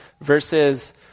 verses